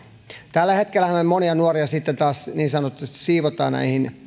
tällä hetkellähän me myös monia nuoria niin sanotusti siivoamme